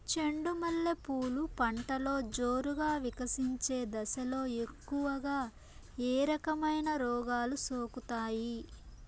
చెండు మల్లె పూలు పంటలో జోరుగా వికసించే దశలో ఎక్కువగా ఏ రకమైన రోగాలు సోకుతాయి?